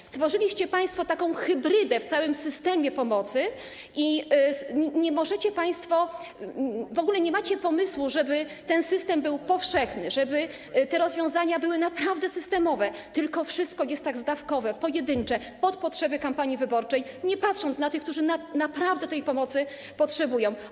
Stworzyliście państwo taką hybrydę w całym systemie pomocy i w ogóle nie macie pomysłu, żeby ten system był powszechny, żeby te rozwiązania były naprawdę systemowe, tylko wszystko jest tak zdawkowe, pojedyncze, pod potrzeby kampanii wyborczej, bez patrzenia na tych, którzy naprawdę tej pomocy potrzebują.